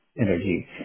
energy